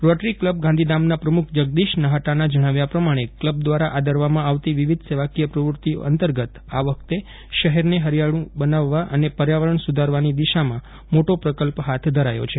rotary club ગાંધીધામના પ્રમુખ જગદીશ નાફટાના જણાવ્યા પ્રમાણે કલબ દ્વારા આદરવામાં આવતી વિવિધ સેવાકીય પ્રવૃત્તિઓ અંતર્ગત આ વખતે શહેરને ફરિયાળું બનાવવા અને પર્યાવરણ સુધારવાની દિશામાં મોટો પ્રકલ્પ ફાથ ધરાયો છે